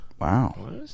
wow